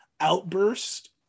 outburst